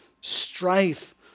strife